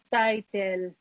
title